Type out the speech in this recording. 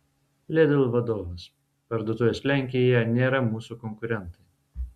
lidl vadovas parduotuvės lenkijoje nėra mūsų konkurentai